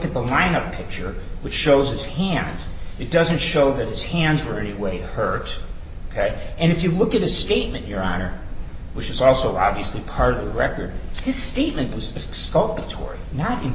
at the lineup picture which shows his hands it doesn't show that his hands were any way hurt ok and if you look at his statement your honor which is also obviously part of the record his statement